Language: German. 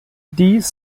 dies